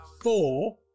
Four